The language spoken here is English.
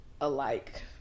alike